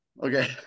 Okay